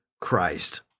Christ